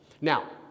Now